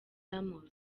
ramos